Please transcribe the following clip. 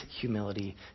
humility